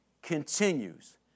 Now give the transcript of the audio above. continues